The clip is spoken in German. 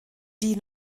die